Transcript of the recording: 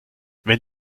wenn